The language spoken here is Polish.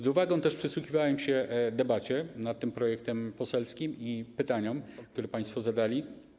Z uwagą przysłuchiwałem się debacie nad tym projektem poselskim i pytaniom, które państwo zadali.